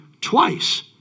twice